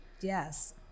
Yes